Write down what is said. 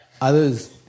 others